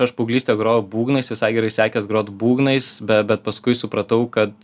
aš paauglystėje grojau būgnais visai gerai sekės grot būgnais bet paskui supratau kad